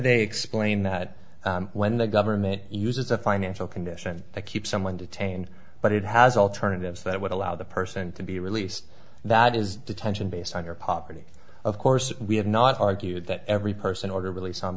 they explain that when the government uses a financial condition to keep someone detained but it has alternatives that would allow the person to be released that is detention based on your poverty of course we have not argued that every person ordered released on